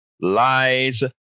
lies